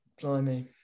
Blimey